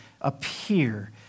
appear